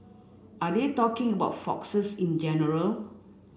are they talking about foxes in general